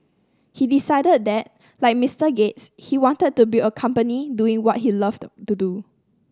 he decided that like Mister Gates he wanted to build a company doing what he loved to do